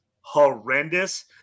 horrendous